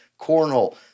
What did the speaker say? cornhole